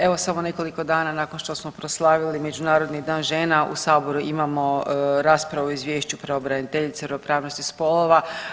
Evo samo nekoliko dana nakon što smo proslavili Međunarodni dan žena u Saboru imamo raspravu o izvješću pravobraniteljice o ravnopravnosti spolova.